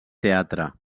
teatre